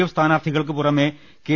F സ്ഥാനാർത്ഥികൾക്ക് പുറമെ K